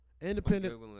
Independent